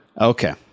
Okay